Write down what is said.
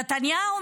נתניהו,